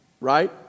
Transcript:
right